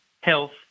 health